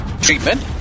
Treatment